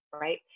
right